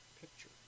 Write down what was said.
picture